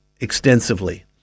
extensively